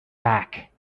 back